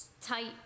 tight